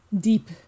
deep